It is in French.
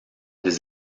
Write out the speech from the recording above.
des